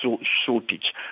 shortage